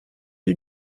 die